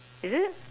is it